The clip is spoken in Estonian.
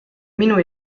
minu